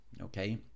okay